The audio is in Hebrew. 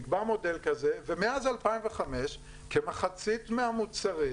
נקבע מודל כזה ומאז2005 כמחצית מהמוצרים,